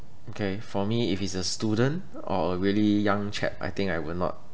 okay for me if it's a student or a really young chap I think I will not